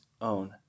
own